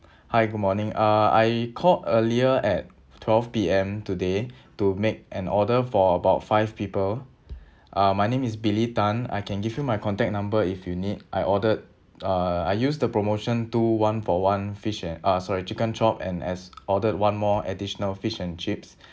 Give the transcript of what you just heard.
hi good morning uh I called earlier at twelve P_M today to make an order for about five people uh my name is billy tan I can give you my contact number if you need I ordered uh I use the promotion two one for one fish and uh sorry chicken chop and has ordered one more additional fish and chips